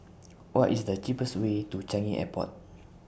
What IS The cheapest Way to Changi Airport